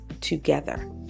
together